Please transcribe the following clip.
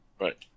Right